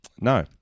No